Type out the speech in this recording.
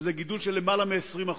וזה גידול של למעלה מ-20%.